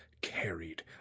carried